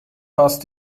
fast